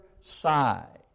side